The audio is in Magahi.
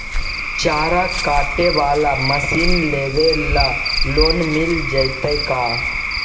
चारा काटे बाला मशीन लेबे ल लोन मिल जितै का?